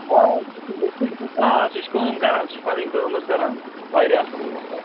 آ سُہ سُہ آ آ سُہ چھِ کٲم کَران سُہ چھِ پَنٕنۍ کٲم حظ کَران واریاہ اَصٕل کٲم کران